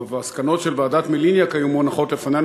ומסקנות ועדת מליניאק היו מונחות לפנינו,